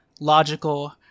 logical